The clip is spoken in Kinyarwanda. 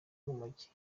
urumogi